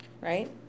right